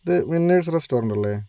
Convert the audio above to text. ഇത് Venice restaurant അല്ലേ